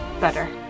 better